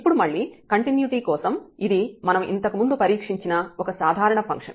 ఇప్పుడు మళ్ళీ కంటిన్యుటీ కోసం ఇది మనం ఇంతకుముందు పరీక్షించిన ఒక సాధారణ ఫంక్షన్